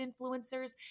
influencers